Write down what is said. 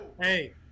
hey